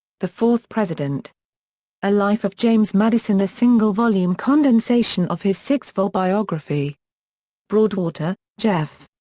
the fourth president a life of james madison. single volume condensation of his six vol biography broadwater, jeff.